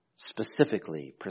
Specifically